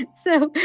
so,